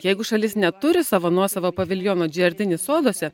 jeigu šalis neturi savo nuosavo paviljono džertini soduose